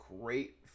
great